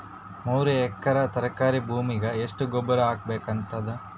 ಮೂರು ಎಕರಿ ತರಕಾರಿ ಭೂಮಿಗ ಎಷ್ಟ ಗೊಬ್ಬರ ಹಾಕ್ ಬೇಕಾಗತದ?